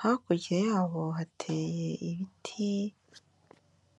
hakurya yabo hateye ibiti.